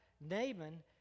Naaman